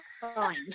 fine